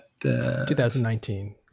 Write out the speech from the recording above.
2019